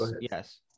yes